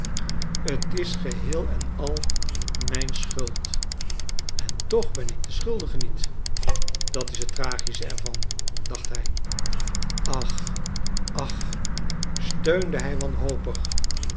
t is geheel en al mijn schuld en toch ben ik de schuldige niet dat is het tragische er van dacht hij ach ach steunde hij wanhopig